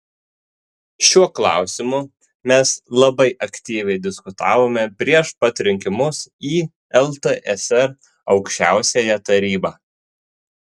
šiuo klausimu mes labai aktyviai diskutavome prieš pat rinkimus į ltsr aukščiausiąją tarybą